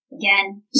Again